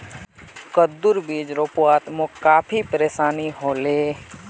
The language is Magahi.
कद्दूर बीज रोपवात मोक काफी परेशानी ह ले